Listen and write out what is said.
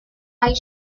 eyes